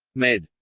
med.